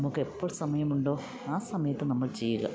നമുക്കെപ്പോൾ സമയമുണ്ടോ ആ സമയത്ത് നമ്മൾ ചെയ്യുക